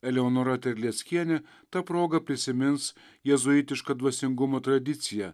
eleonora terleckienė ta proga prisimins jėzuitišką dvasingumo tradiciją